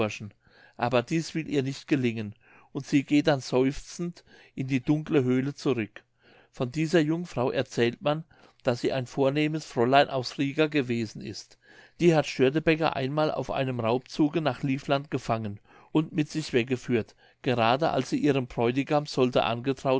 aber dies will ihr nicht gelingen und sie geht dann seufzend in die dunkele höhle zurück von dieser jungfrau erzählt man daß sie ein vornehmes fräulein aus riga gewesen ist die hat störtebeck einmal auf einem raubzuge nach liefland gefangen und mit sich weggeführt gerade als sie ihrem bräutigam sollte angetraut